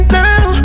now